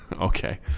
Okay